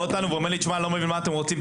בנו והוא אומר לי שהוא לא מבין מה אנחנו רוצים,